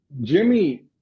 Jimmy